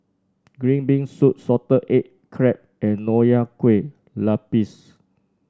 Green Bean Soup Salted Egg Crab and Nonya Kueh Lapis